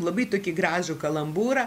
labai tokį gražų kalambūrą